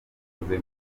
yakoze